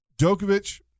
Djokovic